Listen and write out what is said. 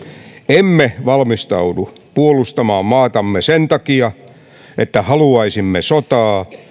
emme valmistaudu puolustamaan maatamme sen takia että haluaisimme sotaa